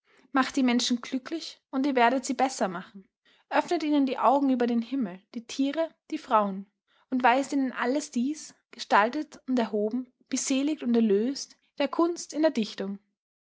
macht die menschen glücklich und ihr werdet sie besser machen öffnet ihnen die augen über den himmel die tiere die frauen und weist ihnen alles dies gestaltet und erhoben beseligt und erlöst in der kunst in der dichtung